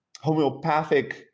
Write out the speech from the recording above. homeopathic